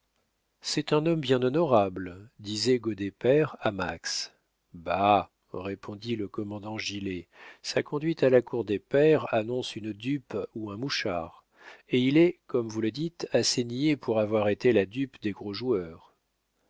c'est un homme bien honorable disait goddet père à max bah répondit le commandant gilet sa conduite à la cour des pairs annonce une dupe ou un mouchard et il est comme vous le dites assez niais pour avoir été la dupe des gros joueurs